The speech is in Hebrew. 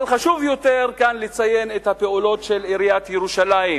אבל חשוב יותר כאן לציין את הפעולות של עיריית ירושלים,